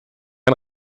ein